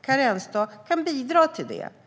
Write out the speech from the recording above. karensdag kan bidra till detta.